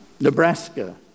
Nebraska